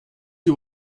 you